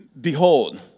Behold